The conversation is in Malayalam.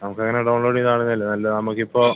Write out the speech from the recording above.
നമുക്കങ്ങനെ ഡൗൺ ലോഡിൽ കാണുന്നതല്ലേ നല്ല നമുക്കിപ്പോൾ